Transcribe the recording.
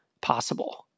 possible